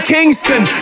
Kingston